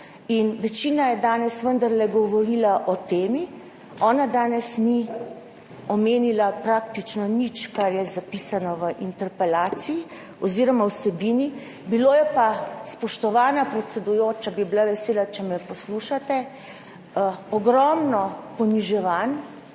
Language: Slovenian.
in večina je danes vendarle govorila o temi, ona danes ni omenila praktično nič, kar je zapisano v interpelaciji oziroma vsebini, bilo je pa … Spoštovana predsedujoča, vesela bi bila, če me poslušate. Bilo je ogromno poniževanj,